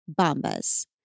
Bombas